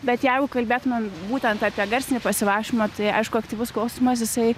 bet jeigu kalbėtumėm būtent apie garsinį pasivaikščiojimą tai aišku aktyvus klausymas jisai